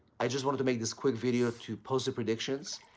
i just wanted to make this quick video to post predictions.